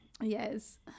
yes